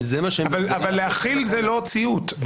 אבל להחיל זה לא ציות,